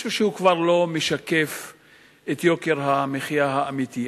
חושב שהוא כבר לא משקף את יוקר המחיה האמיתי.